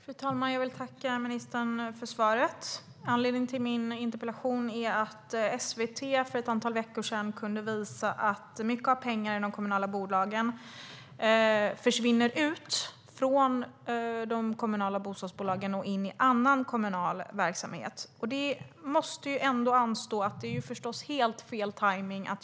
Fru talman! Jag vill tacka ministern för svaret. Anledningen till min interpellation är att SVT för ett antal veckor sedan kunde visa att mycket av pengarna i kommunerna försvinner ut från de kommunala bostadsbolagen och in i annan kommunal verksamhet. Det är förstås helt fel tajmning.